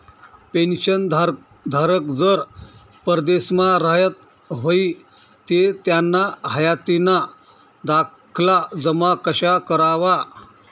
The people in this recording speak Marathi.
पेंशनधारक जर परदेसमा राहत व्हयी ते त्याना हायातीना दाखला जमा कशा करवा?